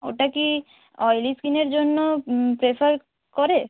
ওটা কি অয়েলি স্কিনের জন্য প্রেফার করে